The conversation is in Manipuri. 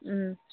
ꯎꯝ